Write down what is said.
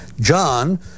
John